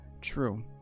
True